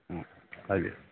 ꯎꯝ ꯍꯥꯏꯕꯤꯌꯨ